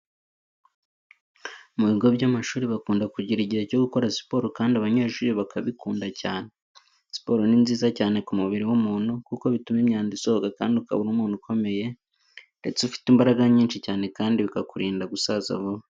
Mu bigo by'amashuri bakunda kugira igihe cyo gukora siporo kandi abanyeshuri bakabikunda cyane. Siporo ni nziza cyane ku mubiri w'umuntu kuko bituma imyanda isohoka kandi ukaba uri umuntu ukomeye ndetse ufite imbaraga nyinshi cyane kandi bikakurinda gusaza vuba.